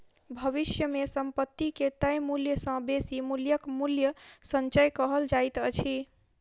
भविष्य मे संपत्ति के तय मूल्य सॅ बेसी मूल्यक मूल्य संचय कहल जाइत अछि